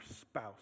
spouse